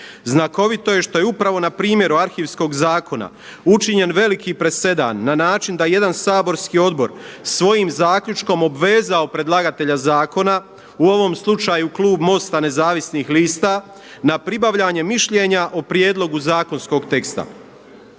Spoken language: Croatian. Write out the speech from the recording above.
Znakovito je što je upravo na primjeru Arhivskog zakona učinjen veliki presedan na način da je jedan saborski odbor svojim zaključkom obvezao predlagatelja zakona, u ovom slučaju klub MOST-a, Nezavisnih lista na pribavljanje mišljenja o prijedlogu zakonskog teksta.